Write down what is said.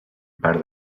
part